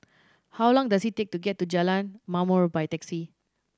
how long does it take to get to Jalan Ma'mor by taxi